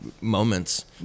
moments